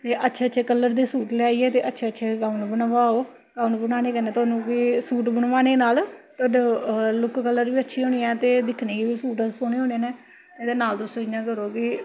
फ्ही अच्छे अच्छे कलर दे सूट लेआइयै ते अच्छे अच्छे गौन बनवाओ गौन बनवाने कन्नै तोआनू सूट बनवाने नाल थुआडा लुक्क कलर बी अच्छे होने न ते दिक्खने गी बी सूट सोह्ने होने न एह्दे नाल तुस इ'यां करो कि